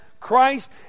Christ